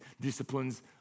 Disciplines